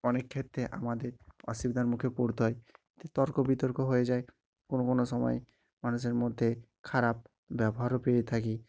অনেক ক্ষেত্তে আমাদের অসুবিধার মুখে পড়তে হয় তর্ক বিতর্ক হয়ে যায় কোনো কোনো সময় মানুষের মধ্যে খারাপ ব্যবহারও পেয়ে থাকি